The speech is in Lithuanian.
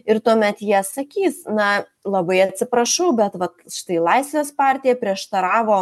ir tuomet jie sakys na labai atsiprašau bet vat štai laisvės partija prieštaravo